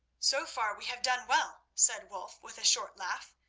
so far we have done well, said wulf, with a short laugh.